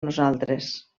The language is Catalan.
nosaltres